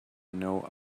know